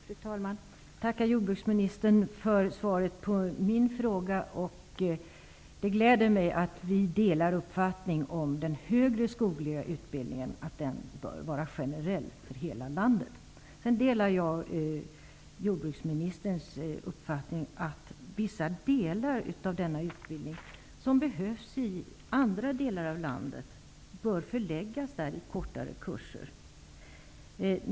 Fru talman! Jag tackar jordbruksministern för svaret på min fråga. Det gläder mig att vi delar uppfattningen att den högre skogliga utbildningen bör vara generell för hela landet. Jag delar också jordbruksministerns uppfattning att vissa delar av denna utbildning, som behövs i andra delar av landet, bör förläggas dit i kortare kurser.